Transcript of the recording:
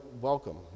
welcome